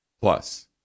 Plus